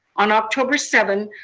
on october seven,